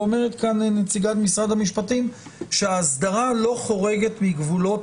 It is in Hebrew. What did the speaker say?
ואומרת כאן נציגת משרד המשפטים שההסדרה לא חורגת מגבולות